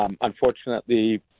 unfortunately